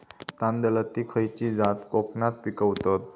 तांदलतली खयची जात कोकणात पिकवतत?